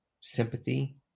sympathy